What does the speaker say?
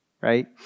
right